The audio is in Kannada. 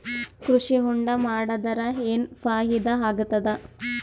ಕೃಷಿ ಹೊಂಡಾ ಮಾಡದರ ಏನ್ ಫಾಯಿದಾ ಆಗತದ?